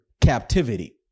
captivity